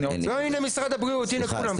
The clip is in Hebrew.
הינה משרד הבריאות, הינה כולם.